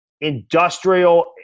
industrial